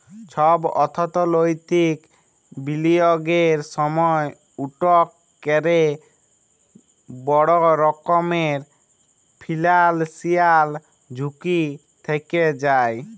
ছব অথ্থলৈতিক বিলিয়গের সময় ইকট ক্যরে বড় রকমের ফিল্যালসিয়াল ঝুঁকি থ্যাকে যায়